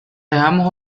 dejamos